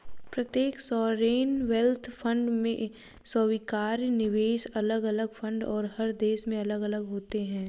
प्रत्येक sovereign wealth fund में स्वीकार्य निवेश अलग अलग फंड और हर देश में अलग अलग होते हैं